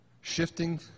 Shifting